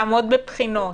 לעמוד בבחינות,